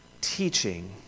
teaching